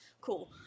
Cool